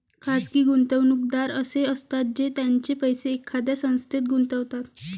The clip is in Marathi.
खाजगी गुंतवणूकदार असे असतात जे त्यांचे पैसे एखाद्या संस्थेत गुंतवतात